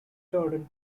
jordan